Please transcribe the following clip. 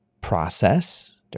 process